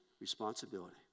responsibility